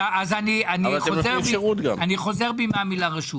אני חוזר בי מן המילה רשות.